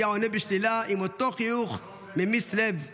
היה עונה בשלילה עם אותו חיוך ממיס לב תמיד.